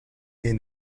est